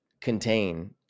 contain